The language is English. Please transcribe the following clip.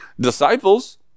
disciples